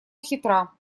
хитра